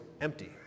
empty